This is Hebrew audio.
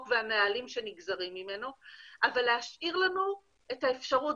והנהלים שנגזרים ממנו אבל להשאיר לנו את האפשרות,